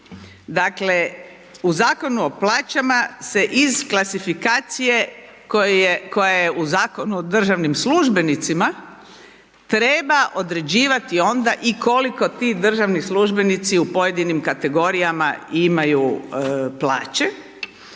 Dakle, u Zakonu o plaćama se iz klasifikacije, koja je u Zakonu o državnim službenicima, treba određivati onda koliko ti državni službenici u pojedinim kategorijama imaju plaće